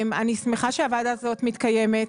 אני שמחה שהוועדה הזאת מתקיימת,